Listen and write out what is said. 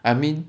I mean